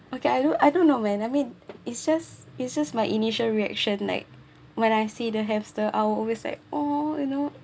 okay I do I do know man I mean it's just it's just my initial reaction like when I see the hamster I'll always like oh you know